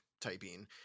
typing